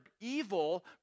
evil